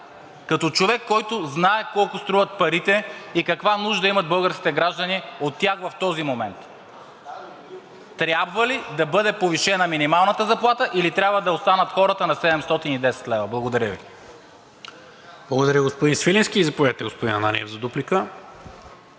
като човек, който знае колко струват парите и каква нужда имат българските граждани от тях в този момент. Трябва ли да бъде повишена минималната заплата, или трябва да останат хората на 710 лв.? Благодаря Ви. ПРЕДСЕДАТЕЛ НИКОЛА МИНЧЕВ: Благодаря, господин Свиленски. Заповядайте, господин Ананиев, за дуплика.